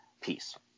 piece